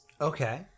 Okay